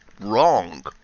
wrong